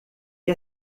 que